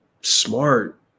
smart